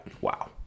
Wow